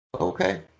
Okay